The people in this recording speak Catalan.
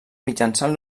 mitjançant